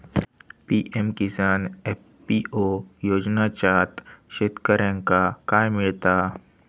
PM किसान FPO योजनाच्यात शेतकऱ्यांका काय मिळता?